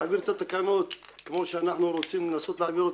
להעביר את התקנות כמו שאנחנו רוצים לנסות להעביר אותן,